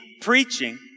preaching